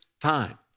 time